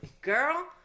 girl